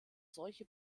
solche